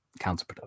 counterproductive